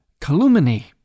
calumny